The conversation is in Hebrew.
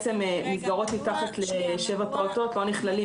מסגרות מתחת לשבע פעוטות לא נכללות,